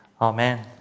amen